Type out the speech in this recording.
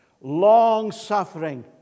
long-suffering